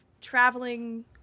traveling